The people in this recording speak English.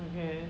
okay